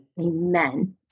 Amen